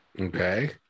Okay